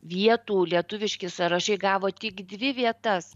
vietų lietuviški sąrašai gavo tik dvi vietas